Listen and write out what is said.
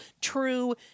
true